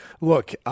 look